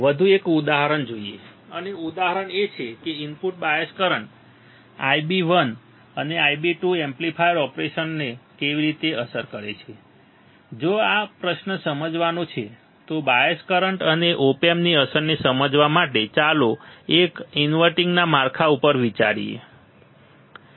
ચાલો એક વધુ ઉદાહરણ જોઈએ અને ઉદાહરણ એ છે કે ઇનપુટ બાયસ કરંટ્સ Ib1 અને Ib2 એમ્પ્લીફાયર ઓપરેશનને કેવી રીતે અસર કરે છે જો આ પ્રશ્ન સમજવાનો છે તો બાયસ કરંટ અને ઓપ એમ્પની અસરને સમજવા માટે ચાલો એક ઇન્વર્ટીંગના માળખા ઉપર વિચાર કરીએ